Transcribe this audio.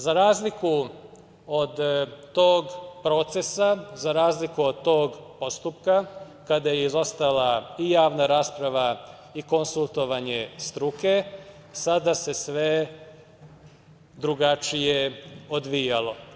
Za razliku od tog procesa, za razliku od tog postupka, kada je izostala i javna rasprava i konsultovanje struke, sada se sve drugačije odvijalo.